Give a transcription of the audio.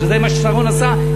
וזה מה ששרון עשה,